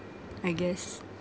I guess